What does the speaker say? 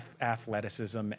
athleticism